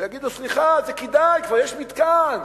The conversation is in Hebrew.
ויגידו: סליחה, זה כדאי, כבר יש מתקן,